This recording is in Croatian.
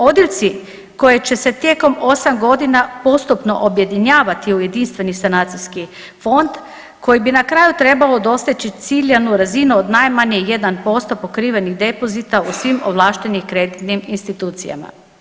Odjeljci koji će se tijekom 8 godina postupno objedinjavati u jedinstveni sanacijski fond koji bi na kraju trebao doseći ciljanu razinu od najmanje 1% pokrivenih depozita u svim ovlaštenim kreditnim institucijama.